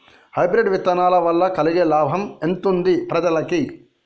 Hybrid విత్తనాల వలన కలిగే లాభం ఎంతుంది ప్రజలకి?